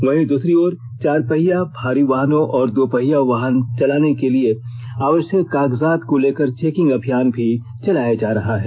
वहीं दूसरी ओर चारपहिया भारी वाहनों और दोपहिया वाहन चलाने वालों के लिए आवश्यक कागजात को लेकर चेकिंग अभियान भी चलाया जा रहा है